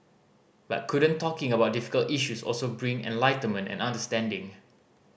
but couldn't talking about difficult issues also bring enlightenment and understanding